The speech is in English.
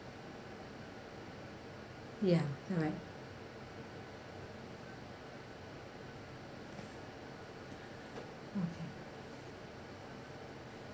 ya correct okay